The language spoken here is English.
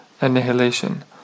annihilation